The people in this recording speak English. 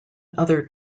other